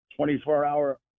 24-hour